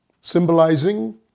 symbolizing